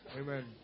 Amen